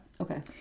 Okay